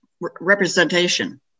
representation